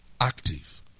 Active